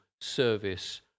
service